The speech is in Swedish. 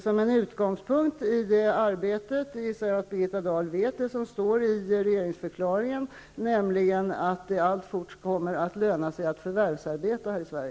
Jag gissar att Birgitta Dahl vet vad som står i regeringsförklaringen, nämligen att det alltfort kommer att löna sig att förvärvsarbeta här i